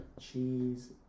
cheese